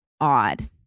odd